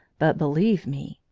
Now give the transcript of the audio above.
but, believe me,